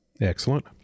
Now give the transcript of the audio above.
Excellent